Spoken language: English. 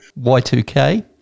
Y2K